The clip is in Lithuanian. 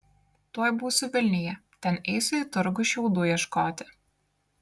tuoj būsiu vilniuje ten eisiu į turgų šiaudų ieškoti